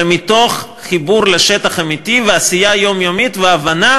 אלא מתוך חיבור אמיתי לשטח ועשייה יומיומית ומתוך הבנה